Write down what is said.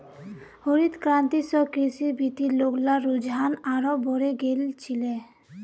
हरित क्रांति स कृषिर भीति लोग्लार रुझान आरोह बढ़े गेल छिले